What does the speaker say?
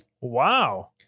Wow